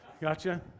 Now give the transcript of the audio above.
gotcha